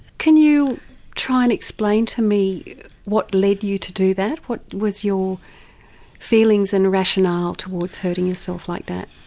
can you try and explain to me what led you to do that, what was your feelings and rationale towards hurting yourself like that?